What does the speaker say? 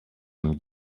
amb